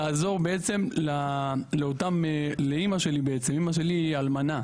לעזור לאמא שלי בעצם, אמא שלי היא אלמנה.